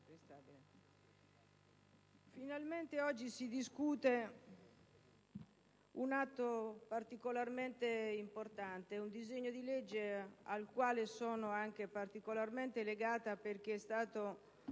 finalmente oggi si discute un atto particolarmente importante: un disegno di legge al quale sono anche molto legata, perché è stato